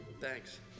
Thanks